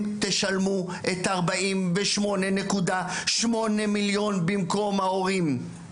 תשלמו את ה-48.8 מיליון במקום ההורים.